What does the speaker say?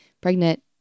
pregnant